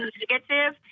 negative